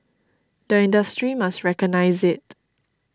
the industry must recognise it